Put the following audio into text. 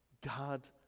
God